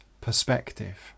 perspective